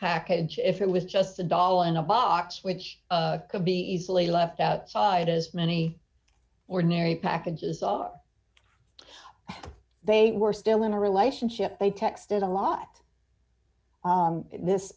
package if it was just a doll in a box which could be easily left outside as many ordinary packages are they were still in a relationship they texted a lot this